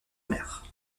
mer